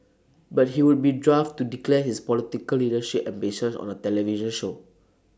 but he would be daft to declare his political leadership ambitions on the television show